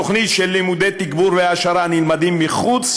תוכנית של לימודי תגבור והעשרה הנלמדים מחוץ